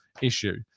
issue